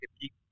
keep